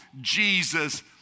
Jesus